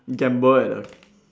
gamble at the